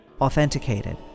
authenticated